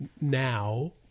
now